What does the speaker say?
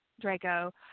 Draco